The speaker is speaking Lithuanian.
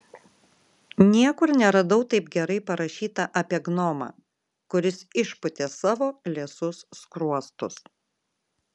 niekur neradau taip gerai parašyta apie gnomą kuris išpūtė savo liesus skruostus